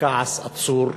כעס עצור,